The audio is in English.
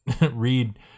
Read